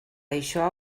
això